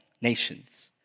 nations